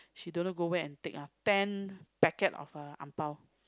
she don't know go where and take ah ten packet of uh ang-bao